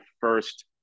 first